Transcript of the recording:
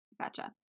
Gotcha